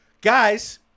guys